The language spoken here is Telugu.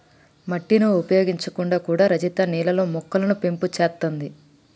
మట్టిని ఉపయోగించకుండా కూడా రజిత నీళ్లల్లో మొక్కలు పెంపు చేత్తాంది